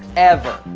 ever